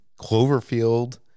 cloverfield